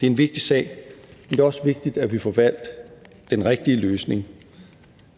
Det er en vigtig sag. Men det er også vigtigt, at vi får valgt den rigtige løsning.